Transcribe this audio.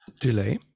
delay